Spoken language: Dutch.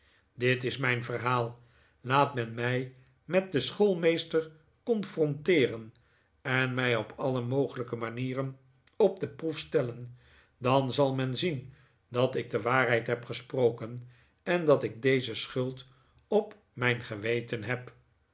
dit is mijn verhaal laat men mij met den schoolmeester confronteeren en mij op alle mogelijke manieren op de proef stellen dan zal men zien dat ik de waarheid heb gesproken en dat ik deze schuld op mijn geweten heb